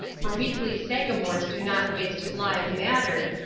for weekly sagamores do not waste live matter,